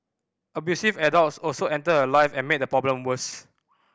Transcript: abusive adults also entered her life and made the problem worse